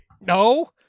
No